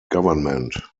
government